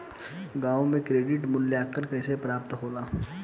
गांवों में क्रेडिट मूल्यांकन कैसे प्राप्त होला?